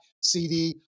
CD